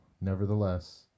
Nevertheless